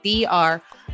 dr